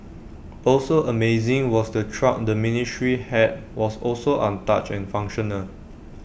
also amazing was the truck the ministry had was also untouched and functional